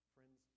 Friends